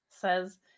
Says